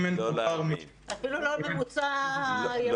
אפילו לא ממוצע יורד.